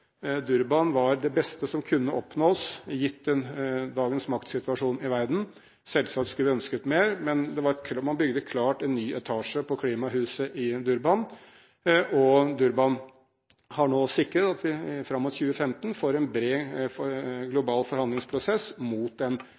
Durban var det beste som kunne oppnås gitt dagens maktsituasjon i verden. Selvsagt skulle vi ønsket mer, men man bygget klart en ny etasje på klimahuset i Durban, og Durban har nå sikret at vi fram mot 2015 får en bred global forhandlingsprosess mot